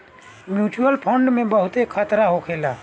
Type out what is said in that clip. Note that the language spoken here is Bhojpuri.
म्यूच्यूअल फंड में बहुते खतरा होखेला